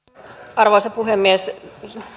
arvoisa puhemies